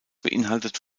beinhaltet